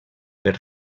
per